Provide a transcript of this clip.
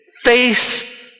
face